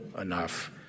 enough